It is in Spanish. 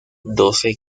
doce